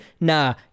Nah